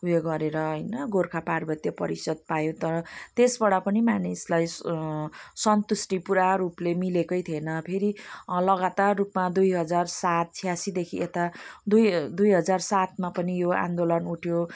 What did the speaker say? ऊ यो गरेर हैन गोर्खा पार्वत्य परिषद पायो तर त्यसबाट पनि मानिसलाई सो सन्तुष्टि पुरा रूपले मिलेकै थिएन फेरि लगातार रूपमा दुई हजार सात छयासीदेखि यता दुई ह दुई हजार सातमा पनि यो आन्दोलन उठ्यो